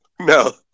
No